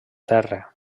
terra